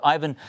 Ivan